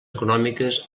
econòmiques